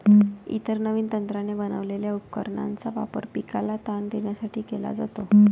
इतर नवीन तंत्राने बनवलेल्या उपकरणांचा वापर पिकाला ताण देण्यासाठी केला जातो